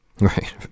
Right